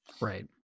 Right